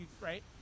Right